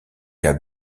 cas